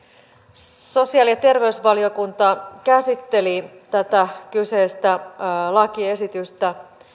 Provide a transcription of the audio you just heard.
sosiaali ja terveysvaliokunta käsitteli tätä kyseistä lakiesitystä